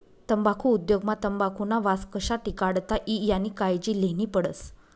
तम्बाखु उद्योग मा तंबाखुना वास कशा टिकाडता ई यानी कायजी लेन्ही पडस